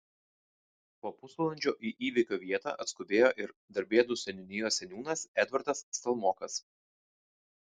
po pusvalandžio į įvykio vietą atskubėjo ir darbėnų seniūnijos seniūnas edvardas stalmokas